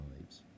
lives